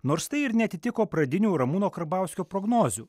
nors tai ir neatitiko pradinių ramūno karbauskio prognozių